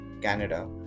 Canada